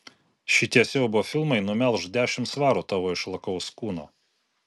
šitie siaubo filmai numelš dešimt svarų tavo išlakaus kūno